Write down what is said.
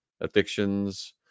addictions